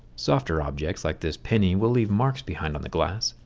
softer objects like this penny will leave marks behind on the glass.